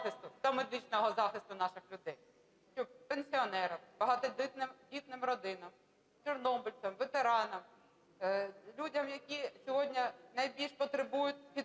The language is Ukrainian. та медичного захисту наших людей, щоб пенсіонерам, багатодітним родинам, чорнобильцям, ветеранам, людям, які сьогодні найбільше потребують підтримки